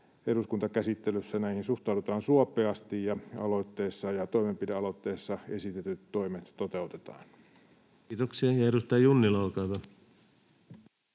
eduskuntakäsittelyssä näihin suhtaudutaan suopeasti ja aloitteessa ja toimenpidealoitteessa esitetyt toimet toteutetaan. Kiitoksia. — Edustaja Junnila, olkaa hyvä.